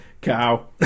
Cow